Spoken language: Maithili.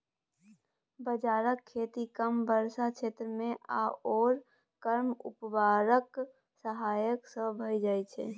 बाजराक खेती कम वर्षाक क्षेत्रमे आओर कम उर्वरकक सहायता सँ भए जाइत छै